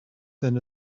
than